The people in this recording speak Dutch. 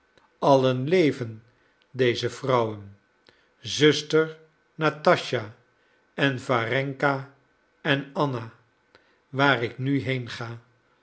allen leven deze vrouwen zuster natascha en warenka en anna waar ik nu heen ga